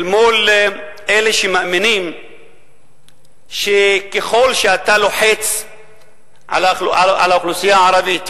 אל מול אלה שמאמינים שככל שאתה לוחץ על האוכלוסייה הערבית,